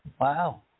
Wow